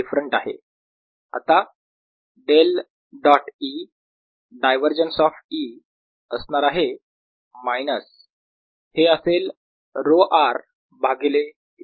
आता del dot E divergence of E असणार आहे मायनस हे असेल ρ r भागिले ε0